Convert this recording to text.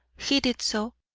he did so,